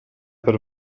per